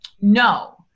No